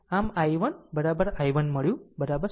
આમ i1 i1 મળ્યું 0